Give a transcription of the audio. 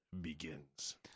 begins